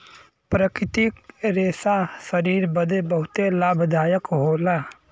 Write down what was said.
प्राकृतिक रेशा शरीर बदे बहुते लाभदायक होला